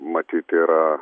matyt yra